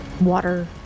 water